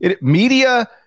media